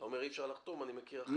אתה אומר שאי אפשר לחתום, אני מכיר אחרת.